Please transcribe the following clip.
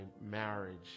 marriage